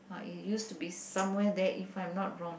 ah it used to be somewhere there if I am not wrong